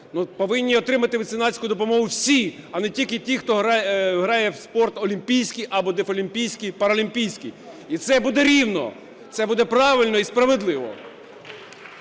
повинні отримати меценатську допомогу всі, а не тільки ті, хто грає в спорт олімпійський або дефлімпійський, паралімпійський. І це буде рівно, це буде правильно і справедливо.